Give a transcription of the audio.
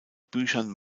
büchern